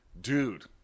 dude